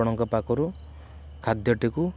ଆପଣଙ୍କ ପାଖରୁ ଖାଦ୍ୟଟିକୁ